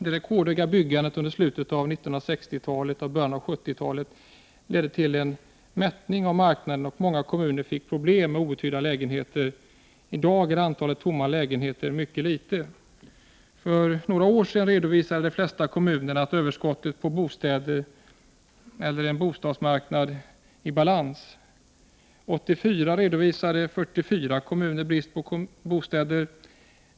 Det rekordhöga byggandet under slutet av 1960-talet och i början av 1970-talet ledde till en mättning av marknaden, och många kommuner fick problem med outhyrda lägenheter. I dag är antalet tomma lägenheter mycket litet. För några år sedan redovisade de flesta kommunerna ett överskott på bostäder eller en bostadsmarknad i balans. 1984 redovisade 44 kommuner brist på bostäder.